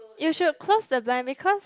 you should close the blind because